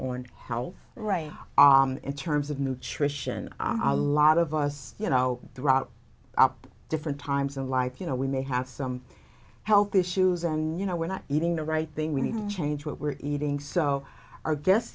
on how right in terms of nutrition i lot of us you know throughout different times in life you know we may have some health issues and you know we're not eating the right thing we need to change what we're eating so our gues